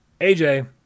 AJ